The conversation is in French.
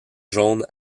jaunes